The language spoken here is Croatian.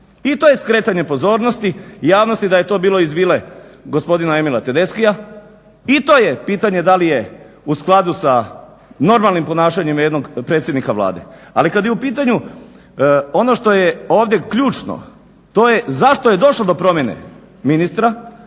I to je skretanje pozornosti javnosti da je to bilo iz vile gospodina Emila Tedeschija i to je pitanje da li je u skladu sa normalnim ponašanjem jednog predsjednika Vlade. Ali kada je u pitanju ono što je ovdje ključno, to je zašto je došlo do promjene ministra.